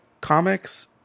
comics